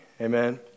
Amen